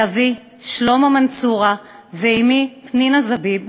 אבי שלמה מנצורה ואמי פנינה זביב,